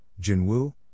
Jinwu